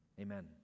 amen